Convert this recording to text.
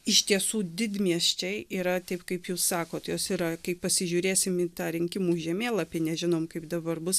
iš tiesų didmiesčiai yra taip kaip jūs sakot jos yra kai pasižiūrėsim į tą rinkimų žemėlapį nežinom kaip dabar bus